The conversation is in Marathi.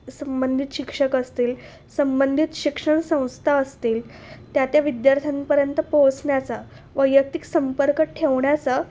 संबंधित शिक्षक असतील संबंधित शिक्षण संस्था असतील त्या त्या विद्यार्थ्यांपर्यंत पोहोचण्याचा वैयक्तिक संपर्क ठेवण्याचा